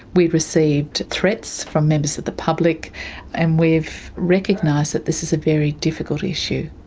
we received threats from members of the public and we've recognised that this is a very difficult issue.